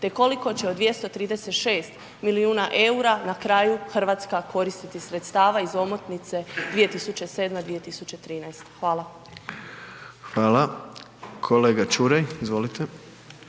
te koliko će od 236 milijuna EUR-a na kraju Hrvatska koristiti sredstava iz omotnice 2007.-2013. Hvala. **Jandroković, Gordan